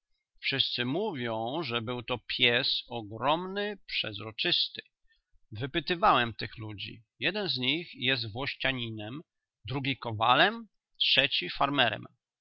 wszyscy mówią że był to pies ogromny przezroczysty wypytywałem tych ludzi jeden z nich jest włościaninem drugi kowalem trzeci